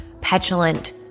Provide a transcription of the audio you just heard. petulant